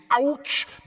ouch